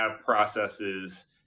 processes